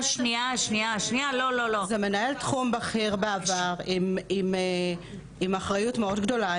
זה מנהל תחום בכיר בעבר עם אחריות מאוד גדולה,